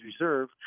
reserve